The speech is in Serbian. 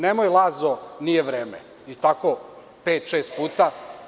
Nemoj Lazo, nije vreme, i tako pet, šest puta.